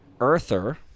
Earther